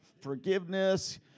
Forgiveness